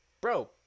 bro